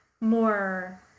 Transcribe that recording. more